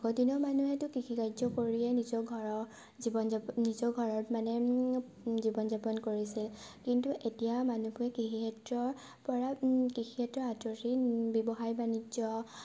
আগৰ দিনৰ মানুহেতো কৃষিকাৰ্য কৰিয়ে নিজৰ ঘৰৰ জীৱন যাপন নিজৰ ঘৰত মানে জীৱন যাপন কৰিছে কিন্তু এতিয়া মানুহবোৰে কৃষি ক্ষেত্ৰৰ পৰা কৃষি ক্ষেত্ৰ আঁতৰি ব্যৱসায় বাণিজ্য